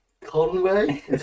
Conway